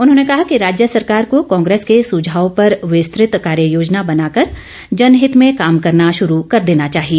उन्होंने कहा कि राज्य सरकार को कांग्रेस के सुझाव पर विस्तृत कार्य योजना बनाकर जनहित में काम करना शुरू कर देना चाहिए